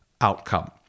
outcome